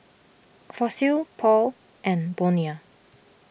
Fossil Paul and Bonia